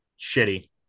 Shitty